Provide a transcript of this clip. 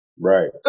Right